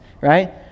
right